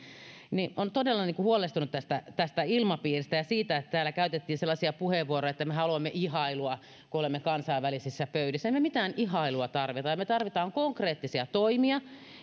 olen todella huolestunut tästä tästä ilmapiiristä ja siitä että täällä käytettiin sellaisia puheenvuoroja että me haluamme ihailua kun olemme kansainvälisissä pöydissä emme me mitään ihailua tarvitse me tarvitsemme konkreettisia toimia